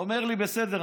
אומר לי: בסדר.